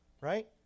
right